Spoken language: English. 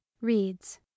reads